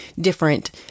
different